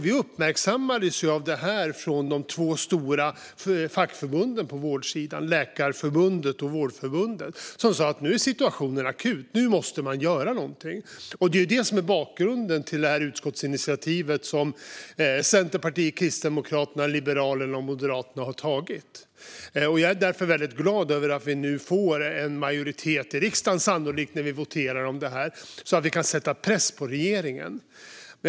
Vi uppmärksammades på detta av de två stora fackförbunden på vårdsidan, Läkarförbundet och Vårdförbundet, som sa att nu är situationen akut. Nu måste man göra någonting. Det är det som är bakgrunden till detta utskottsinitiativ från Centerpartiet, Kristdemokraterna, Liberalerna och Moderaterna. Jag är därför väldigt glad över att vi sannolikt får en majoritet i riksdagen när vi voterar om det här så att vi kan sätta press på regeringen. Fru talman!